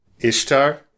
ishtar